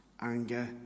anger